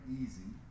easy